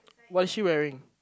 what is she wearing